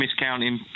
miscounting